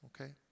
Okay